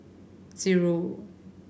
zero